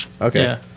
Okay